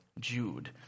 Jude